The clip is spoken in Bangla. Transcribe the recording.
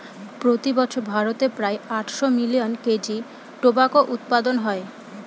প্রতি বছর ভারতে প্রায় আটশো মিলিয়ন কেজি টোবাকো উৎপাদন হয়